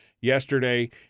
yesterday